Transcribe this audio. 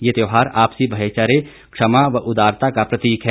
यह त्यौहार आपसी भाईचारे क्षमा व उदारता का प्रतीक है